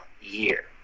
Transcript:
year